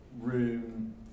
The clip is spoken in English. room